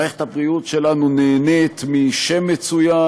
מערכת הבריאות שלנו נהנית משם מצוין,